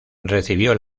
recibió